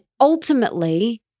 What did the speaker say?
ultimately